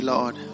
Lord